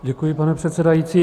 Děkuji, pane předsedající.